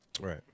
Right